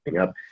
up